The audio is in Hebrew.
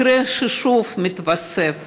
מקרה ששוב מתווסף